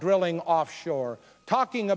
drilling offshore talking